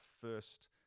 first